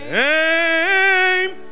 name